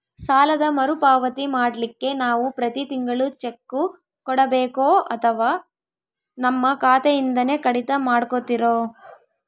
ಸಾಲದ ಮರುಪಾವತಿ ಮಾಡ್ಲಿಕ್ಕೆ ನಾವು ಪ್ರತಿ ತಿಂಗಳು ಚೆಕ್ಕು ಕೊಡಬೇಕೋ ಅಥವಾ ನಮ್ಮ ಖಾತೆಯಿಂದನೆ ಕಡಿತ ಮಾಡ್ಕೊತಿರೋ?